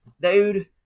dude